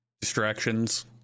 distractions